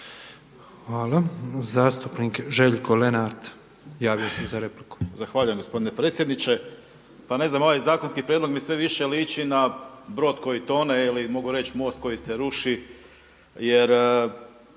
Hvala. Zastupnik Željko Lenart javio se za repliku.